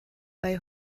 bei